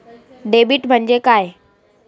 Debit म्हणजे काय?